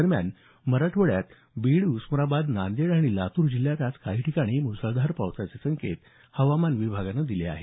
दरम्यान मराठवाडयात बीड उस्मानाबाद नांदेड आणि लातूर जिल्ह्यात आज काही ठिकाणी मुसळधार पावसाचे संकेत हवामान विभागानं दिले आहेत